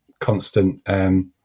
constant